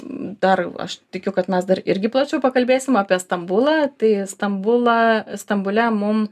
dar aš tikiu kad mes dar irgi plačiau pakalbėsim apie stambulą tai stambulą stambule mum